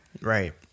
Right